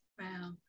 Wow